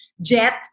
Jet